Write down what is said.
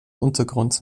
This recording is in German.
untergrund